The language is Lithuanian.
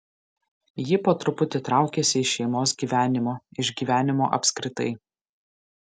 ji po truputį traukėsi iš šeimos gyvenimo iš gyvenimo apskritai